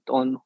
on